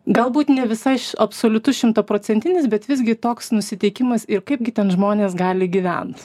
galbūt ne visai absoliutus šimtaprocentinis bet visgi toks nusiteikimas ir kaipgi ten žmonės gali gyvent